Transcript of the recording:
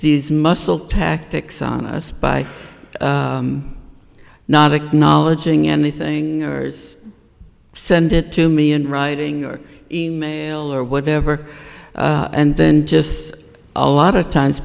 these muscle tactics on us by not acknowledging anything send it to me in writing or email or whatever and then just a lot of times